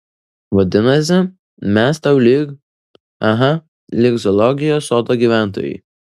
vadinasi mes tau lyg aha lyg zoologijos sodo gyventojai